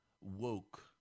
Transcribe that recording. woke